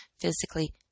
physically